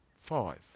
Five